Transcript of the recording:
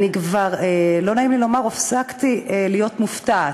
אני כבר, לא נעים לי לומר, הפסקתי להיות מופתעת.